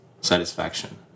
satisfaction